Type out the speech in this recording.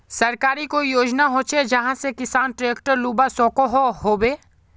सरकारी कोई योजना होचे जहा से किसान ट्रैक्टर लुबा सकोहो होबे?